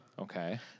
Okay